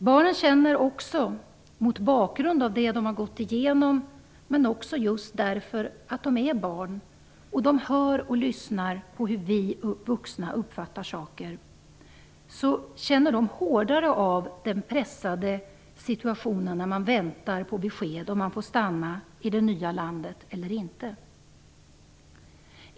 Barnen känner också - mot bakgrund av det som de har gått igenom men också just därför att de är barn, och de hör och de lyssnar på hur vi vuxna uppfattar saker - hårdare av den pressade situation som råder när man väntar på besked om man får stanna i det nya landet eller inte.